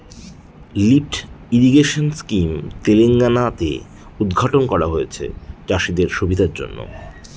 lift irrigation scheme Telangana তে উদ্ঘাটন করা হয়েছে চাষীদের সুবিধার জন্য